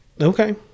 Okay